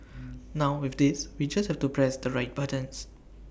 now with this we just have to press the right buttons